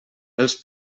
els